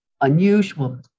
unusual